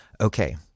Okay